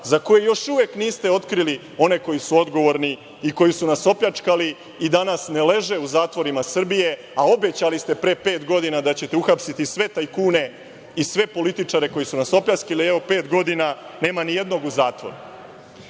za koje još uvek niste otkrili one koji su odgovorni i koji su nas opljačkali i danas ne leže u zatvorima Srbije. Obećali ste pre pet godina da ćete uhapsiti sve tajkune i sve političare koji su nas opljačkali, a evo pet godina nema nijednog u zatvoru. Da